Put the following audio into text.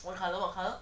what colour what colour